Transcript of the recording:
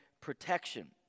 protection